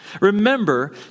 Remember